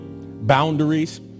boundaries